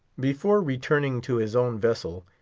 before returning to his own vessel,